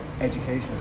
education